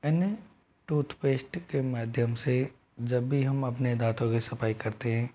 इन toothpaste के माध्यम से जब भी हम अपने दाँतो की सफाई करते हैं